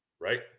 Right